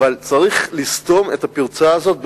אבל צריך לסתום את הפרצה הזאת,